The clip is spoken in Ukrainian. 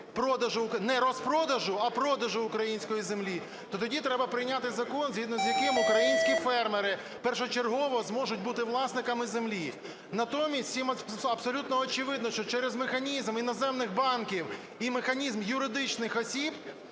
не розпродажу, а продажу української землі, то тоді треба прийняти закон, згідно з яким українські фермери першочергово зможуть бути власниками землі. Натомість всім абсолютно очевидно, що через механізм іноземних банків і механізм юридичних осіб